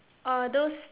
or those